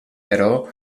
però